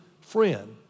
friend